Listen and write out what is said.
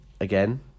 again